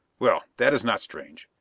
well, that is not strange.